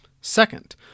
Second